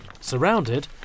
surrounded